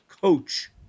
coach